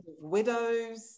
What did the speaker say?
widows